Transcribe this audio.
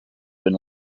been